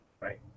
right